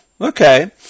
Okay